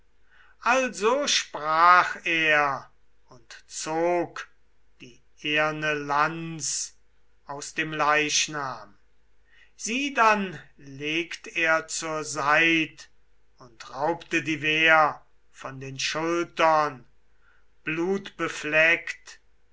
also sprach er und zog die eherne lanz aus dem leichnam sie dann legt er zur seit und raubte die wehr von den schultern